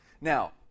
Now